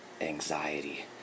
Anxiety